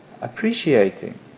appreciating